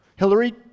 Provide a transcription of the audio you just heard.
Hillary